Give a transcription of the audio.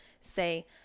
say